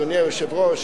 אדוני היושב-ראש,